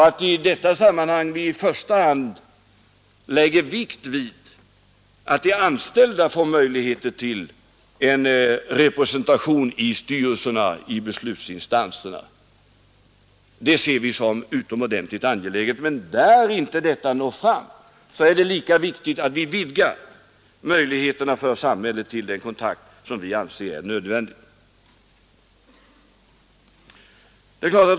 Att vi i detta sammanhang i första hand lägger vikt vid att de anställda får möjlighet till en representation i styrelserna, i beslutsinstanserna, ser vi som utomordentligt angeläget. Men inte detta når fram är det lika viktigt att vi utvidgar möjligheterna för samhället till den kontroll som vi anser är nödvändig.